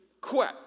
quit